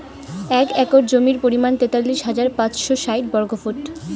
এক একর জমির পরিমাণ তেতাল্লিশ হাজার পাঁচশ ষাইট বর্গফুট